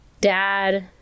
dad